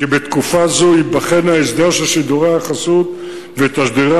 כי בתקופה זו ייבחן ההסדר של שידורי החסות ותשדירי